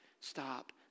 Stop